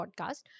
podcast